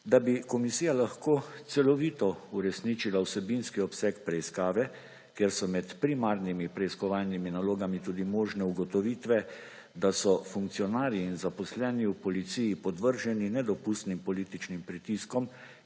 Da bi komisija lahko celovito uresničila vsebinski obseg preiskave, kjer so med primarnimi preiskovalnimi nalogami tudi možne ugotovitve, da so funkcionarji in zaposleni v policiji podvrženi nedopustnim političnim pritiskom,